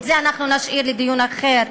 את זה אנחנו נשאיר לדיון אחר.